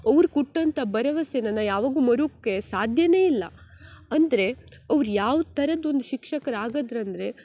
ಅವ್ರು ಕೊಟ್ಟಂಥ ಭರವಸೆ ನನ್ನ ಯಾವಾಗ್ಲೂ ಮರ್ಯುಕ್ಕೆ ಸಾಧ್ಯವೇ ಇಲ್ಲ ಅಂದರೆ ಅವ್ರು ಯಾವ ಥರದ ಒಂದು ಶಿಕ್ಷಕ್ರು ಆಗಿದ್ರಂದ್ರೆ